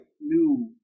new